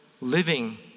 living